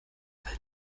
will